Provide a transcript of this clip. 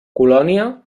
colònia